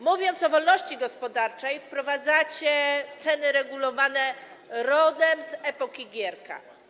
Mówiąc o wolności gospodarczej, wprowadzacie ceny regulowane rodem z epoki Gierka.